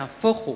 נהפוך הוא,